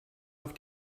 auf